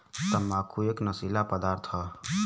तम्बाकू एक नसीला पदार्थ हौ